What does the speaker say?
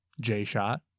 J-Shot